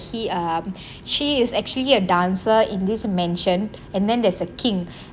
he um she is actually a dancer in this mansion and then there's a king